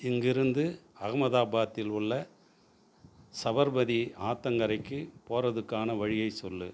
இங்கேருந்து அகமதாபாத்தில் உள்ள சபர்மதி ஆற்றங்கரைக்கு போகிறதுக்கான வழியைச் சொல்லு